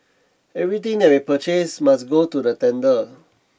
everything that we purchase must go to the tender